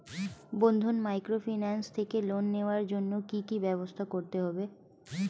বন্ধন microfinance থেকে loan নেওয়ার জন্য কি কি ব্যবস্থা করতে হবে?